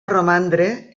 romandre